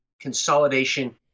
consolidation